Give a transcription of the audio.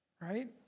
right